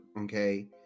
Okay